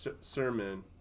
sermon